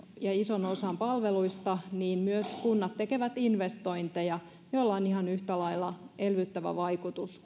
ja ison osan palveluista kunnat tekevät myös investointeja joilla on ihan yhtä lailla elvyttävä vaikutus